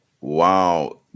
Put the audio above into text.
Wow